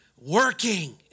working